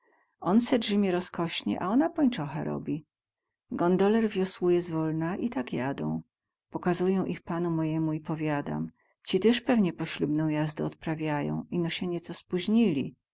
on se drzymie rozkośnie a ona pońcochę robi gondoler wiosłuje zwolna i tak jadą pokazuję ich panu mojemu i powiadam ci tyz pewnie poślubną jazdę odprawują ino sie nieco spóźnili